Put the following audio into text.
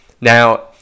Now